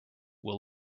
will